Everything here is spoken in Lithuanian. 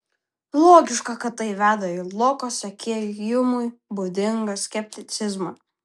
logiška kad tai veda į loko sekėjui hjumui būdingą skepticizmą